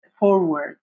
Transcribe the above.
forward